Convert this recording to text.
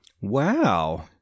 wow